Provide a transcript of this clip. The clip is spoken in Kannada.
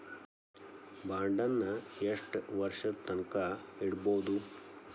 ಬಾಂಡನ್ನ ಯೆಷ್ಟ್ ವರ್ಷದ್ ತನ್ಕಾ ಇಡ್ಬೊದು?